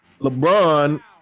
LeBron